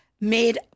made